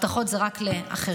הבטחות זה רק לאחרים,